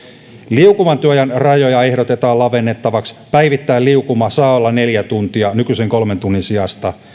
liukuvan työajan rajoja ehdotetaan lavennettavaksi päivittäin liukuma saa olla neljä tuntia nykyisen kolmen tunnin sijasta